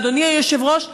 ואדוני היושב-ראש,